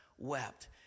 wept